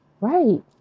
Right